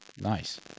Nice